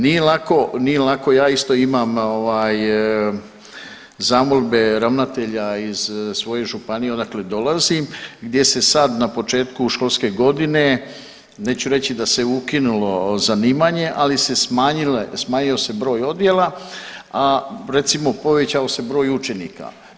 Nije lako, ja isto imam zamolbe ravnatelja iz svoje županije odakle dolazim gdje se sad na početku školske godine neću reći da se ukinulo zanimanje, ali se smanjio se broj odjela, a recimo povećao se broj učenika.